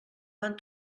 van